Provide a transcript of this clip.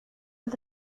del